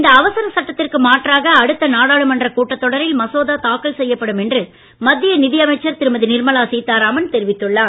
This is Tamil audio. இந்த அவசரச் சட்டத்திற்கு மாற்றாக அடுத்த நாடாளுமன்ற கூட்டத் தொடரில் மசோதா தாக்கல் செய்யப்படும் என்று மத்திய நிதியமைச்சர் திருமதி நிர்மலா சீத்தாராமன் தெரிவித்துள்ளார்